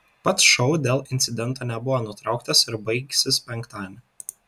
pats šou dėl incidento nebuvo nutrauktas ir baigsis penktadienį